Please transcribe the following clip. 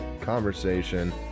conversation